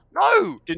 No